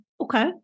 okay